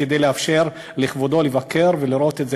כדי לאפשר לכבודו לבקר ולראות את זה